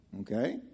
Okay